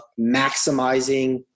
maximizing